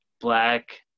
black